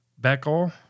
Beckel